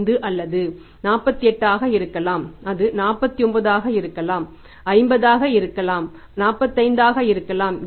25 அல்ல அது 48 ஆக இருக்கலாம் அது 49 ஆக இருக்கலாம் 50 ஆக இருக்கலாம் 45 ஆக இருக்கலாம்